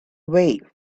way